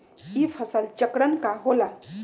ई फसल चक्रण का होला?